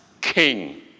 king